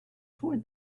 toward